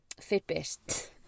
Fitbit